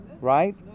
right